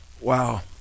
Wow